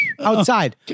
Outside